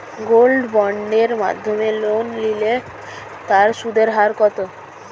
Gold বন্ডের মাধ্যমে loan নিলে তার সুদের হার কত?